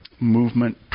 movement